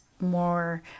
more